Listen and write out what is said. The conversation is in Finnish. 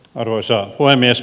arvoisa puhemies